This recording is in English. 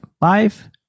five